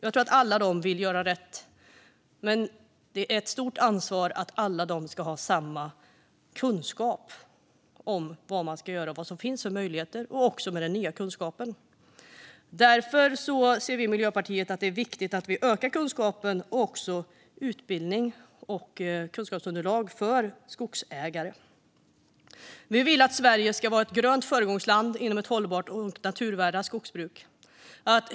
Jag tror att alla dessa vill göra rätt, men det är ett stort ansvar att se till att alla ska ha samma kunskap om vad de ska göra och om vilka möjligheter som finns i och med den nya kunskapen. Därför anser vi i Miljöpartiet att det är viktigt att vi ökar kunskapen genom utbildning och kunskapsunderlag för skogsägare. Vi vill att Sverige ska vara ett grönt föregångsland inom ett hållbart och naturnära skogsbruk.